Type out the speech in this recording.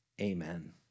amen